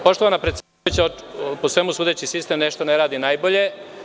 Poštovana predsedavajuća, po svemu sudeći sistem nešto ne radi najbolje.